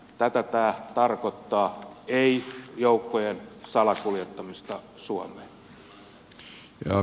tätä tämä tarkoittaa ei joukkojen salakuljettamista suomeen